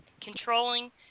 controlling